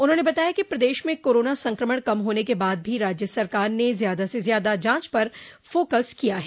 उन्होंने बताया कि प्रदेश में कोरोना संक्रमण कम होने के बाद भी राज्य सरकार ने ज्यादा से ज्यादा जांच पर फोकस कर रही है